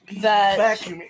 that-